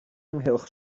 ynghylch